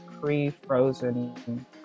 pre-frozen